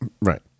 Right